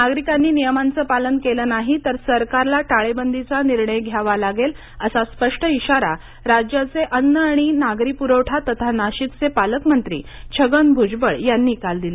नागरिकांनी नियमांचं पालन केलं नाही तर सरकारला टाळेबंदीचा निर्णय घ्यावा लागेल असा स्पष्ट इशारा राज्याचे अन्न आणि नागरी पुरवठा तथा नाशिकचे पालकमंत्री छगन भूजबळ यांनी काल दिला